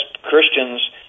Christians